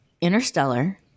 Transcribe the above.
Interstellar